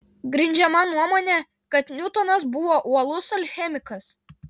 grindžiama nuomone kad niutonas buvo uolus alchemikas